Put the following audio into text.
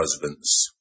husbands